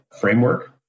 framework